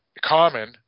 common